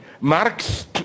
Marx